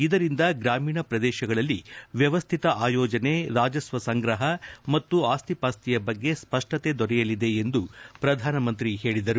ಇದರಿಂದ ಗ್ರಾಮೀಣ ಪ್ರದೇಶಗಳಲ್ಲಿ ವ್ಯವಸ್ಥಿತ ಆಯೋಜನೆ ರಾಜಸ್ವ ಸಂಗ್ರಹ ಮತ್ತು ಆಸ್ತಿಪಾಸ್ತಿಯ ಬಗ್ಗೆ ಸ್ಪಷ್ಟತೆ ದೊರೆಯಲಿದೆ ಎಂದು ಪ್ರಧಾನಮಂತ್ರಿ ಹೇಳಿದರು